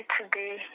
today